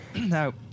Now